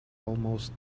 almost